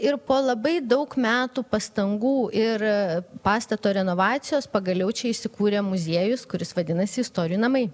ir po labai daug metų pastangų ir pastato renovacijos pagaliau čia įsikūrė muziejus kuris vadinasi istorijų namai